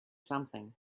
something